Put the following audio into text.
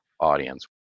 audience